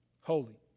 holy